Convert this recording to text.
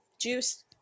juice